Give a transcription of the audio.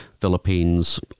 Philippines